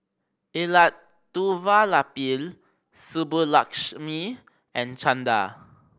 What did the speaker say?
Elattuvalapil Subbulakshmi and Chanda